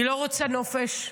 היא לא רוצה נופש,